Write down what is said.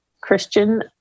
Christian